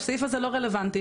הסעיף הזה לא רלוונטי,